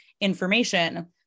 information